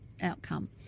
outcome